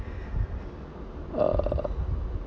err